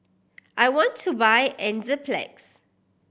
I want to buy Enzyplex